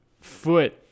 foot